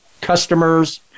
customers